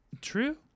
True